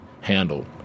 handled